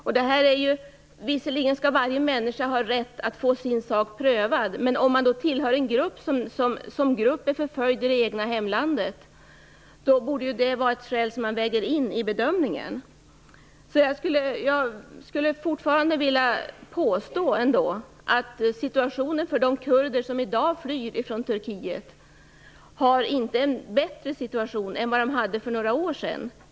Visserligen skall varje människa ha rätt att få sin sak prövad. Men om man tillhör en grupp, vilken är förföljd i det egna hemlandet, borde det vara ett skäl som vägs in i bedömningen. Jag vidhåller att situationen för de kurder som i dag flyr från Turkiet är inte bättre nu jämfört med hur det var för några år sedan.